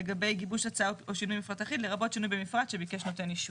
"לרבות שינוי במפרט שביקש נותן אישור".